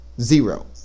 zero